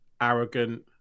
arrogant